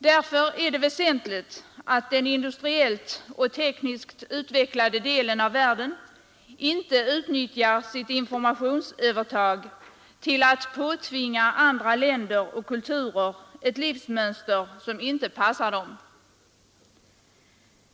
Därför är det väsentligt att den industriellt och tekniskt utvecklade delen av världen inte utnyttjar sitt informationsövertag till att påtvinga andra länder och kulturer ett livsmönster som inte passar dem.